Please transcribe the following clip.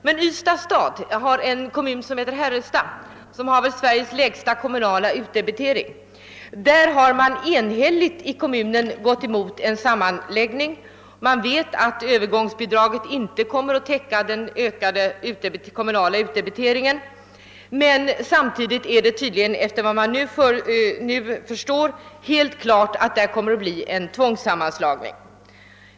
Men i närheten av Ystad ligger en kommun som heter Herrestad. Den har Sveriges förmodligen lägsta kommunala utdebitering. I den kommunen har man enhälligt gått emot en sammanläggning. Man vet att övergångsbidraget inte kommer att täcka den ökade kommunala utdebiteringen. Efter vad man nu förstår är det helt klart att det blir en tvångssammanläggning.